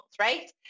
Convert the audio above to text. right